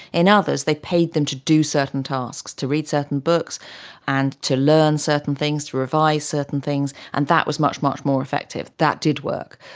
in others they paid them to do certain tasks, to read certain books and to learn certain things, to revise certain things, and that was much, much more effective, that did work.